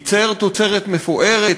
ייצר תוצרת מפוארת,